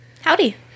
Howdy